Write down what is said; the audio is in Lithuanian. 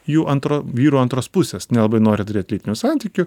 jų antro vyro antros pusės nelabai nori turėt lytinių santykių